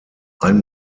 ein